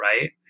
Right